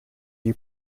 you